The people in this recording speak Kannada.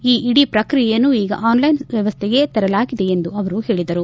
ಈ ಇಡೀ ಪ್ರಕ್ರಿಯೆಯನ್ನು ಈಗ ಆನ್ಲೈನ್ ವ್ಯವಸ್ಥೆಗೆ ತರಲಾಗಿದೆ ಎಂದು ಅವರು ಹೇಳಿದರು